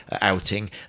outing